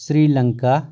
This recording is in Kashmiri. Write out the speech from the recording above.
سری لنگا